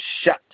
shut